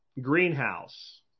greenhouse